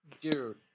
Dude